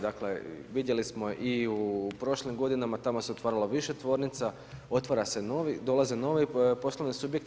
Dakle, vidjeli smo i u prošlim godinama, tamo se otvaralo više tvornica, otvara se novi, dolazi novi poslovni subjekte.